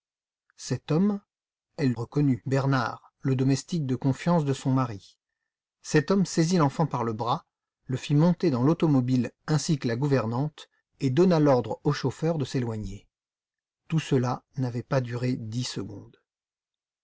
cet homme elle reconnut bernard le domestique de confiance de son mari cet homme saisit l'enfant par le bras le fit monter dans l'automobile ainsi que la gouvernante et donna l'ordre au chauffeur de s'éloigner tout cela n'avait pas duré dix secondes